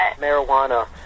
marijuana